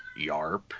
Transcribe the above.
Yarp